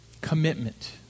commitment